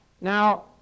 Now